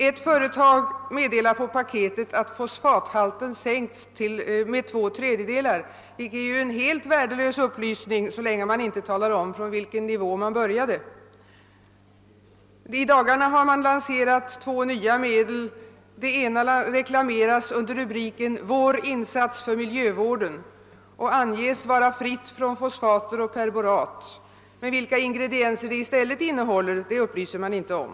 Ett företag meddelar på paketet att fosfathalten sänkts med ?/g, vilket ju är en helt värdelös upplysning så länge man inte talar om från vilken nivå man sänkt. I dagarna har man lanserat två nya medel. Det ena reklameras under rubriken »Vår insats för miljövården» och anges vara fritt från fosfater och perborat, men vilka ingredienser det i stället innehåller upplyser man inte om.